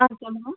ஆ சொல்லுங்கள்